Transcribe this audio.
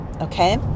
Okay